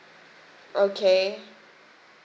okay